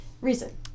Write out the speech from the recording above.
reason